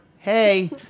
Hey